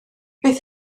beth